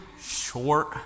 short